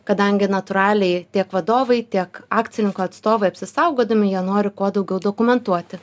kadangi natūraliai tiek vadovai tiek akcininkų atstovai apsisaugodami jie nori kuo daugiau dokumentuoti